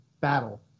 battle